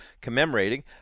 commemorating